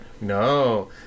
No